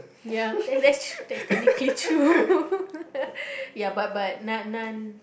ya then that's that's technically true ya but but none none